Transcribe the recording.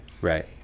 right